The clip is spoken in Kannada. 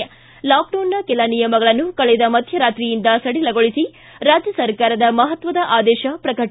ಿ ಲಾಕ್ಡೌನ್ನ ಕೆಲ ನಿಯಮಗಳನ್ನು ಕಳೆದ ಮಧ್ಯರಾತ್ರಿಯಿಂದ ಸಡಿಲಗೊಳಿಸಿ ರಾಜ್ಯ ಸರ್ಕಾರದ ಮಹತ್ವದ ಆದೇಶ ಪ್ರಕಟ